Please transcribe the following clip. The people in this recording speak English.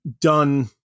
done